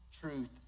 truth